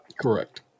Correct